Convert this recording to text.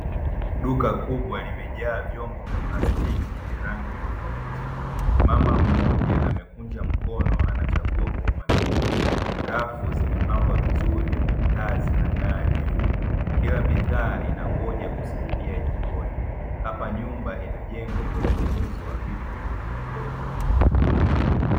Duka kubwa limejaa vyombo vya plastiki vya rangi tofauti. Mama mmoja amekunja mkono anachagua kwa umakini, rafu zimepangwa vizuri, taa zinang'aa juu, kila bidhaa inangoja kusaidia jikoni. Hapa nyumba inajengwa kwa ununuzi wa vitu vidogo vidogo.